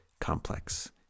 complex